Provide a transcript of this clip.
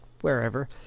wherever